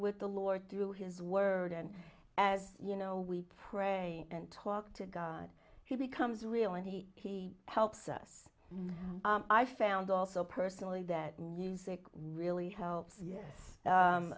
with the lord through his word and as you know we pray and talk to god he becomes real and he helps us i found also personally that music really helps